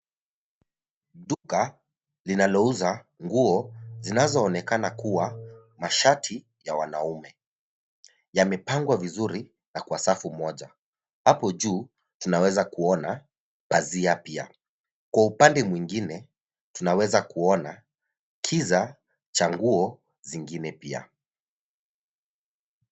Duka linalouza nguo zinazoonekana kuwa mashati ya wanaume Yamepangwa vizuri na kwa safu moja. Hapo juu tunaweza kuona pazia pia. Kwa upande mwingine, tunaweza kuona kiza cha nguo zingine pia.